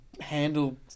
handle